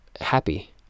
happy